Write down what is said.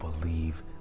believe